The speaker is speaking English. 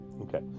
Okay